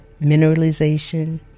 mineralization